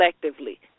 collectively